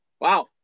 wow